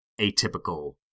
atypical